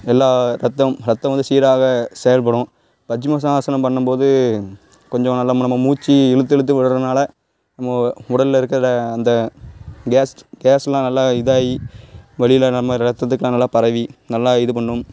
எல்லா ரத்தம் ரத்தம் வந்து சீராக செயல்படும் வஜ்ஜுமசா ஆசனம் பண்ணும்போது கொஞ்சம் நல்லா நம்ம மூச்சு இழுத்து இழுத்து விடுறதுனால நம் உடலில் இருக்கிற அந்த கேஸ் கேஸெலாம் நல்லா இதாகி வெளியில் நம்ம ரத்தத்துக்கெலாம் நல்லா பரவி நல்லா இது பண்ணும்